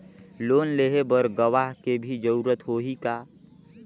Loan लेहे बर गवाह के भी जरूरत होही का?